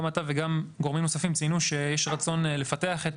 וגם גורמים נוספים ציינו שיש רצון לפתח את